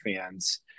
fans